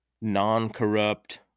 non-corrupt